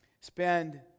spend